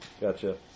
Gotcha